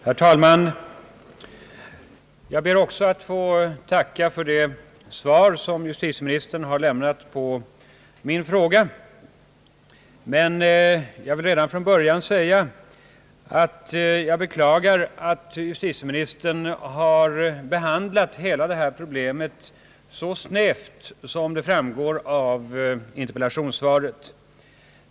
Herr talman! Jag ber att få tacka för det svar som justitieministern har lämnat på min fråga, men jag vill redan från början säga att jag beklagar att justitieministern har behandlat hela det här problemet så snävt som det framgår av interpellationssvaret.